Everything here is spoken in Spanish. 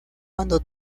cuando